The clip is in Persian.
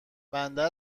بنده